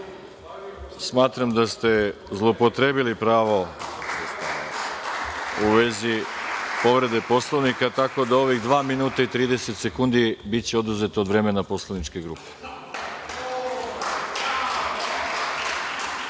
da ste zloupotrebili pravo u vezi povrede Poslovnika, tako da ovih dva minuta i 30 sekundi biće oduzeto od vremena poslaničke grupe. Sada